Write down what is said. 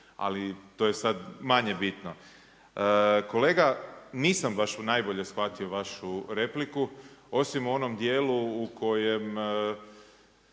ali to je sada manje bitno. Kolega, nisam baš najbolje shvatio vašu repliku osim u onom dijelu u kojem